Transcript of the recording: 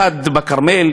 אחד בכרמל,